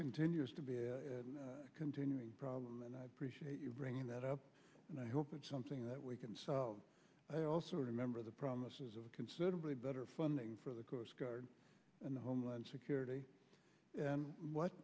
continues to be a continuing problem and i appreciate you bringing that up and i hope it's something that we can solve i also remember the promises of considerably better funding for the coast guard and homeland security and what